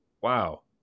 wow